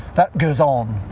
that goes on.